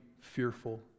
fearful